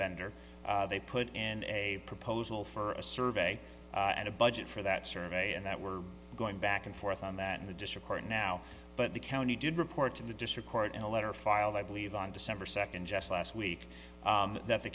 inventor they put in a proposal for a survey and a budget for that survey and that we're going back and forth on that in the district court now but the county did report to the district court in a letter filed i believe on december second just last week that the